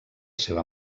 seva